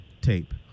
tape